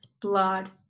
blood